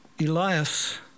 Elias